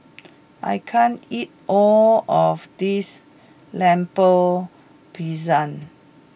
I can't eat all of this Lemper Pisang